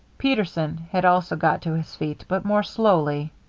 peterson had also got to his feet, but more slowly.